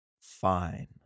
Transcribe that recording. Fine